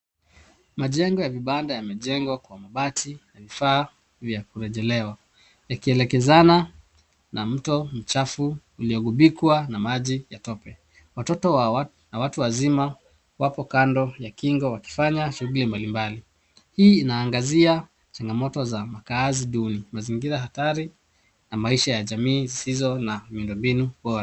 Majengo ya vibanda yamejengwa kwa mabati na vifaa vya kurejelewa yakielekezana na mto mchafu uliyogubikwa na maji ya tope. Watoto hawa na watu wazima wapo kando ya kingo wakifanya shughuli mbalimbali. Hii inaangazia changamoto za makaazi duni, mazingira hatari na maisha za jamii zisizo na miundo mbinu bora.